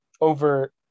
over